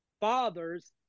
fathers